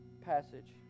passage